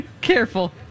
Careful